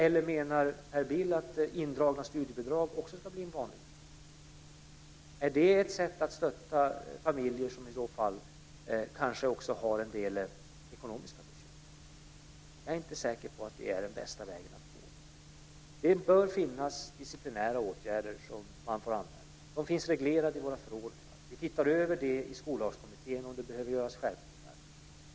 Eller menar Per Bill att indragna studiebidrag ska bli en vanlig metod? Är det ett sätt att stötta familjer som kanske också har en del ekonomiska bekymmer? Jag är inte säker på att det är den bästa vägen att gå. Det bör finnas disciplinära åtgärder som man får använda. Dessa finns reglerade i våra förordningar. Vi ser över detta i Skollagskommittén och undersöker om det behöver göras skärpningar.